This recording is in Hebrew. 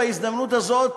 בהזדמנות הזאת,